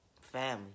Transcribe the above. Family